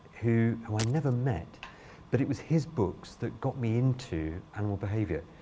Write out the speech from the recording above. who who i never met but it was his books that got me into animal behavior.